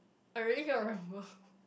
I really cannot remember